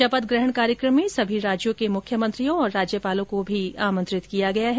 शपथ ग्रहण कार्यक्रम में सभी राज्यों के मुख्यमंत्रियों और राज्यपालों को भी आमंत्रित किया गया है